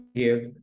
give